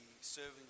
serving